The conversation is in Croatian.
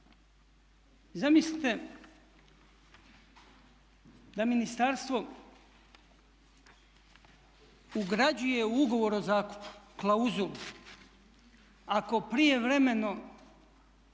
Zamislite da ministarstvo ugrađuje u Ugovor o zakupu klauzulu ako prijevremeno